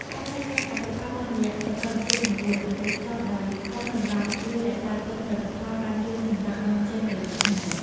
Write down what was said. ការកែច្នៃកសិផលតាមរយៈបច្ចេកវិទ្យាសម្ងួត និងវេចខ្ចប់ដោយខ្វះចន្លោះ ជួយរក្សាទុកផលិតផលបានយូរសម្រាប់នាំចេញទៅឆ្ងាយ។